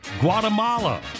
Guatemala